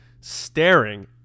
staring